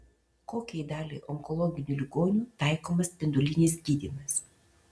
kokiai daliai onkologinių ligonių taikomas spindulinis gydymas